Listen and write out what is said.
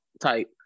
type